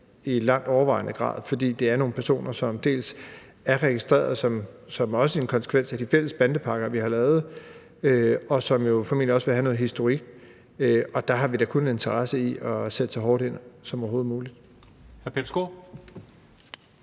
i langt overvejende grad, fordi det er nogle personer, som dels er registreret, også som en konsekvens af de fælles bandepakker, vi har lavet, dels formentlig også vil have noget historik. Og der har vi da kun en interesse i at sætte så hårdt ind som overhovedet muligt.